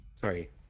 Sorry